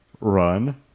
run